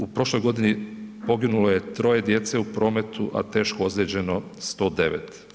U prošloj godini poginulo je troje djece u prometu a teško ozlijeđeno 109.